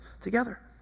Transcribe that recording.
together